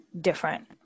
different